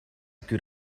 good